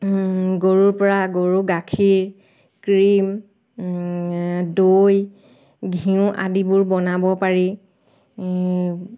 গৰুৰ পৰা গৰু গাখীৰ ক্ৰিম দৈ ঘিঁউ আদিবোৰ বনাব পাৰি